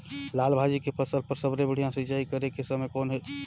लाल भाजी के फसल बर सबले बढ़िया सिंचाई करे के समय कौन हे?